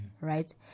Right